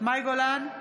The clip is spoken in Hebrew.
מאי גולן,